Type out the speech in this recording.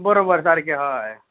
बरोबर सारकें हय